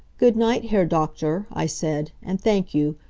good-night, herr doktor, i said, and thank you,